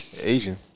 Asian